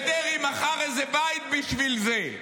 ודרעי מכר איזה בית בשביל זה,